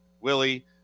Willie